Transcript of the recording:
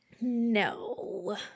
No